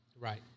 Right